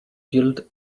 built